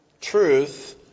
truth